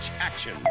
action